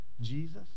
Jesus